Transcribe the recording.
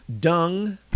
dung